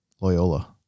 Loyola